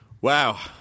Wow